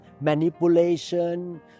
manipulation